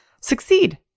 succeed